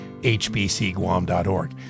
hbcguam.org